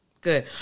good